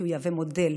כי הוא מהווה מודל.